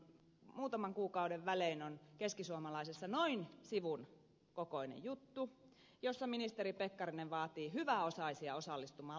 muutaman kuukauden välein on keskisuomalaisessa noin sivun kokoinen juttu jossa ministeri pekkarinen vaatii hyväosaisia osallistumaan lamatalkoisiin